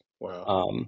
Wow